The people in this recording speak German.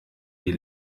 die